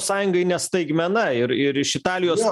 sąjungai ne staigmena ir ir iš italijos